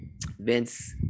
Vince